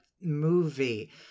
movie